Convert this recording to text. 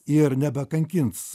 ir nebekankins